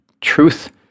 truth